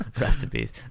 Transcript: recipes